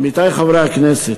עמיתי חברי הכנסת,